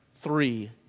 three